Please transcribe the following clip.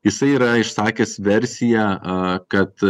jisai yra išsakęs versiją a kad